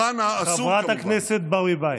חברת הכנסת ברביבאי.